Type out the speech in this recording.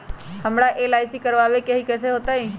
हमरा एल.आई.सी करवावे के हई कैसे होतई?